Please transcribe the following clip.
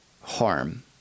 harm